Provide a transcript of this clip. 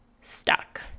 stuck